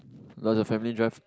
does your family drive